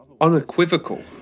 unequivocal